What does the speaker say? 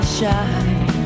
shine